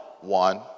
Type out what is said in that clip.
one